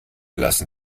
lassen